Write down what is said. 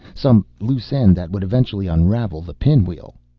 some loose end that would eventually unravel the pinwheel!